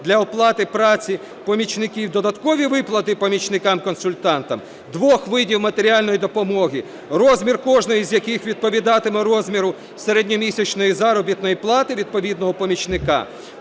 для оплати праці помічників додаткові виплати помічникам-консультантам - двох видів матеріальної допомоги, розмір кожної з яких відповідатиме розміру середньомісячної заробітної плати відповідного помічника,